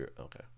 Okay